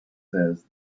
says